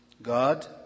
God